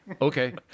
Okay